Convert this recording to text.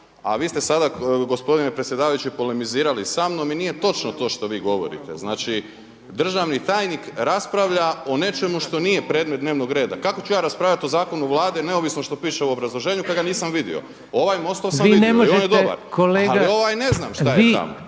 a vi ste sada gospodine predsjedavajući polemizirali samnom i nije točno to što vi govorite. Znači državni tajnik raspravlja o nečemu što nije predmet dnevnog reda. Kako ću ja raspravljati o zakonu Vlade neovisno što piše u obrazloženju kada ga nisam vidio. Ovaj MOST-ov sam vidio i on je dobar ali ovaj ne znam šta je tamo.